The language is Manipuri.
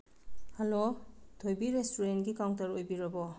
ꯍꯜꯂꯣ ꯊꯣꯏꯕꯤ ꯔꯦꯁꯇꯨꯔꯦꯟꯒꯤ ꯀꯥꯎꯟꯇꯔ ꯑꯣꯏꯕꯤꯔꯕꯣ